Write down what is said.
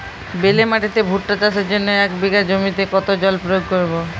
বেলে মাটিতে ভুট্টা চাষের জন্য এক বিঘা জমিতে কতো জল প্রয়োগ করব?